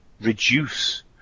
reduce